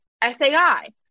SAI